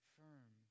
firm